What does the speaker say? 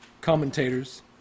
commentators